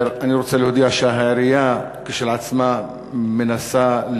אני רוצה להודיע שהעירייה כשלעצמה מנסה,